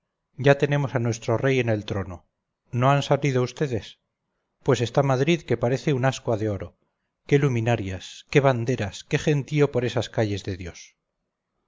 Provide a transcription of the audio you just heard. ya tenemos a nuestro rey en el trono no han salido ustedes pues está madrid que parece un ascua de oro qué luminarias qué banderas qué gentío por esas calles de dios